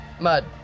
mud